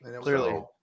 Clearly